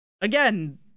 again